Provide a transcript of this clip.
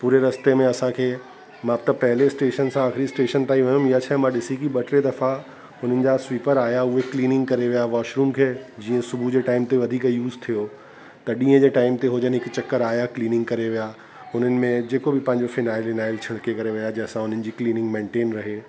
पूरे रस्ते में असांखे मां त पहले स्टेशन सां आख़िरी स्टेशन ताईं वियमि इहा शइ मां ॾिसी की ॿ टे दफ़ा हुननि जा स्वीपर आहियां उहा क्लीन करे विया वॉशरूम खे जीअं सुबुह जे टाइम ते वधीक यूस थियो त ॾींहं जे टाइम ते याने की चकर आहियां क्लीनिंग करे विया हुननि में जेको बि पंहिंजो फिनाइल विनाइल छिड़के करे विया जंहिं सां उन्हनि जी क्लीनिंग मैंटेन रहे